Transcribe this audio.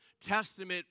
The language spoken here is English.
Testament